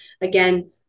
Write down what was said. again